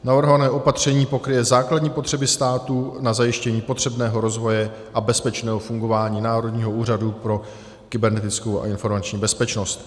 Navrhované opatření pokryje základní potřeby státu na zajištění potřebného rozvoje a bezpečného fungování Národního úřadu pro kybernetickou a informační bezpečnost.